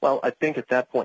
well i think at that point